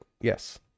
yes